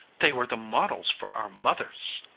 they were the models for our mothers.